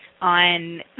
on